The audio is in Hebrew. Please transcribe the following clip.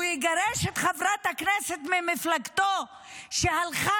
הוא יגרש את חברת הכנסת ממפלגתו שהלכה